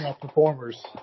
performers